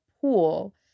pool